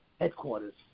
headquarters